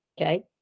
okay